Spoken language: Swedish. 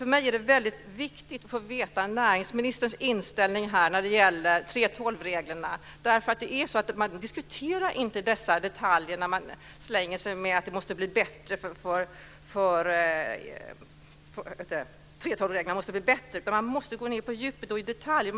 För mig är det väldigt viktigt att få veta näringsministerns inställning när det gäller 3:12-reglerna. Dessa detaljer diskuteras ju inte, utan man slänger sig med uttalanden om att 3:12-reglerna måste bli bättre. Men man måste gå på djupet med detta och i detalj gå in på det.